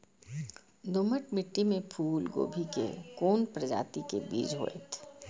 दोमट मिट्टी में फूल गोभी के कोन प्रजाति के बीज होयत?